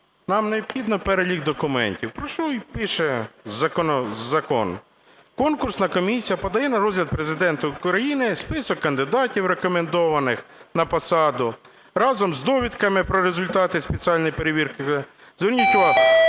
нам необхідно перелік документів, про що і пише закон. Конкурсна комісія подає на розгляд Президента України список кандидатів, рекомендованих на посаду, разом з довідками про результати спеціальної перевірки, зверніть увагу,